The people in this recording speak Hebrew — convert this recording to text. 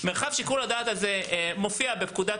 מרחב שיקול הדעת הזה מופיע בפקודת